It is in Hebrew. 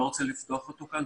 אני לא רוצה לפתוח אותו כאן.